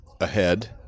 ahead